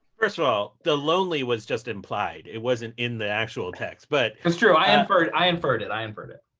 first of all, the lonely was just implied. it wasn't in the actual text. but it's true. i inferred it. i inferred it. i inferred it.